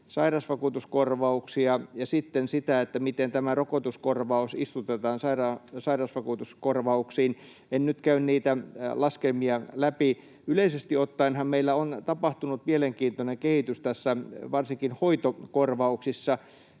sairausvakuutuskorvauksia ja sitten sitä, miten tämä rokotuskorvaus istutetaan sairausvakuutuskorvauksiin — en nyt käy niitä laskelmia läpi. Yleisesti ottaenhan meillä on tapahtunut mielenkiintoinen kehitys tässä, varsinkin hoitokorvauksissa: